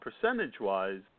percentage-wise